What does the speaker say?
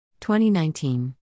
2019